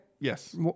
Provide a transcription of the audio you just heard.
Yes